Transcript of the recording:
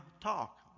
talk